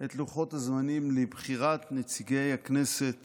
את לוחות הזמנים לבחירת נציגי הכנסת